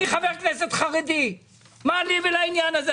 אני חבר כנסת חרדי, מה לי ולעניין הזה?